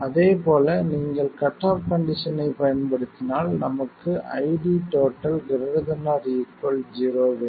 அதே போல நீங்கள் கட் ஆஃப் கண்டிஷனைப் பயன்படுத்தினால் நமக்கு ID ≥ 0 வேண்டும்